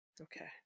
okay